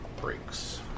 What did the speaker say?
breaks